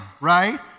right